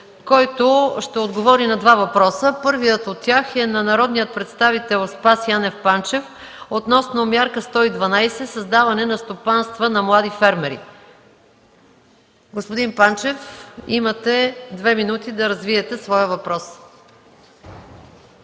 който ще отговори на два въпроса. Първият от тях е на народния представител Спас Янев Панчев относно мярка 112 – създаване на стопанства на млади фермери. Заповядайте, господин Панчев. Имате 2 минути да развиете своя въпрос.